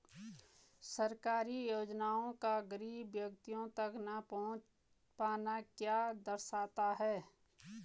सरकारी योजनाओं का गरीब व्यक्तियों तक न पहुँच पाना क्या दर्शाता है?